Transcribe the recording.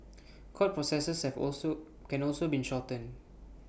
court processes have also can also be shortened